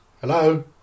Hello